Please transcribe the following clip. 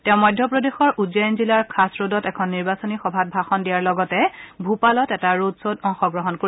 তেওঁ মধ্য প্ৰদেশৰ উজ্জৈইন জিলাৰ খাচৰডত এখন নিৰ্বাচনী সভাত ভাষণ দিয়াৰ লগতে ভূপালত এটা ৰডশ্বত অংশগ্ৰহণ কৰিব